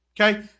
Okay